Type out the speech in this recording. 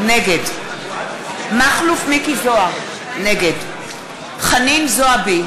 נגד מכלוף מיקי זוהר, נגד חנין זועבי,